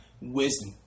wisdom